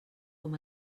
com